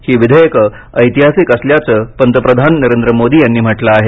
ही विधेयकं ऐतिहासिक असल्याचं पंतप्रधान नरेंद्र मोदी यांनी म्हटलं आहे